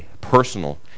personal